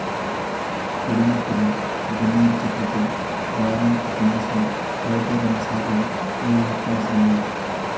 పొడిమట్టిలో గన్నేరు చెట్లకి వోరానికి కనీసం వోటి రెండుసార్లు నీల్లెట్టాల్సిందే